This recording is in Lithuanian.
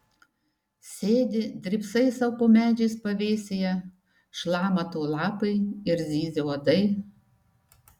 sėdi drybsai sau po medžiais pavėsyje šlama tau lapai ir zyzia uodai